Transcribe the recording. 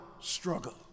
struggle